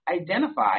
identify